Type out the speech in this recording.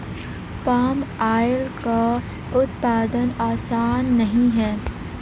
palm oil का उत्पादन आसान नहीं है